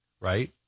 right